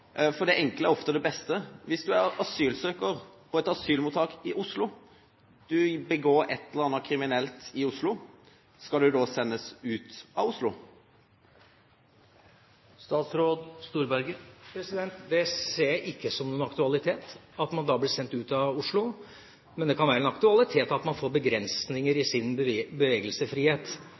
for det enkle er ofte det beste: Hvis du er asylsøker på et asylmottak i Oslo og begår et eller annet kriminelt i Oslo, skal du da sendes ut av Oslo? Det ser jeg ikke som noen aktualitet, at man da blir sendt ut av Oslo. Men det kan være en aktualitet at man får begrensninger i sin